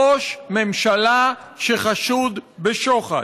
ראש ממשלה שחשוד בשוחד,